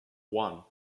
one